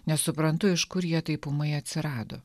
nesuprantu iš kur jie taip ūmai atsirado